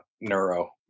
neuro